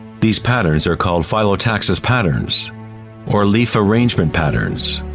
these patterns are called phyllotaxis patterns or leaf arrangement patterns.